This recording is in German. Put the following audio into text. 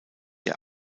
der